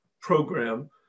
program